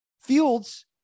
Fields